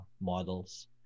models